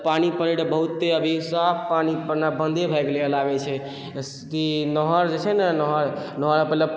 पानी पड़ै रहै बहुते अभी साफ पानी पड़नाइ बन्दे भऽ गेलैए लागै छै नहर जे छै ने नहर नहरमे पहिले